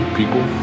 people